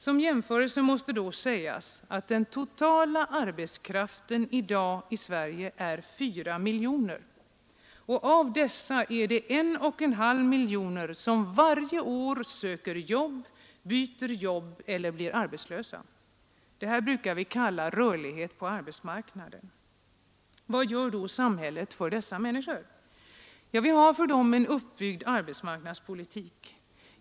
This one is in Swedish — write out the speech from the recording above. Som jämförelse måste då sägas att den totala arbetskraften i dag i Sverige är 4 miljoner, och av dessa är det 1,5 miljoner som varje år söker jobb, byter jobb eller blir arbetslösa. Det här brukar vi kalla rörlighet på arbetsmarknaden. Vad gör då samhället för dessa människor? Ja, vi har för dem en uppbyggd arbetsmarknadspolitik.